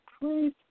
please